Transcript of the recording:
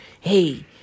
hey